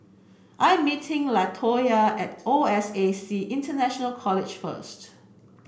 I'm meeting Latoyia at O S A C International College first